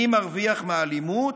מי מרוויח מהאלימות,